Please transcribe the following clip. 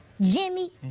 Jimmy